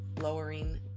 lowering